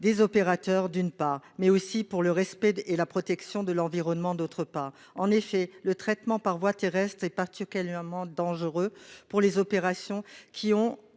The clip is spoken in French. des opérateurs, d'une part, pour le respect et la protection de l'environnement, d'autre part. En effet, le traitement par voie terrestre est particulièrement dangereux pour les opérateurs qui en